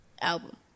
album